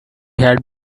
had